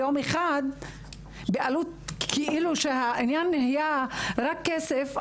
חמישה ששה ניתוחים ביום אחד כאילו שהעניין נהיה רק כסף.